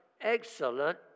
excellent